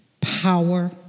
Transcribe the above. power